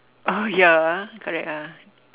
oh ya ah correct ah